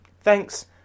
Thanks